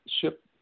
ship